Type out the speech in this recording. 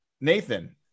nathan